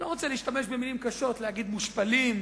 אני לא רוצה להשתמש במלים קשות, להגיד מושפלים,